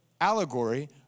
allegory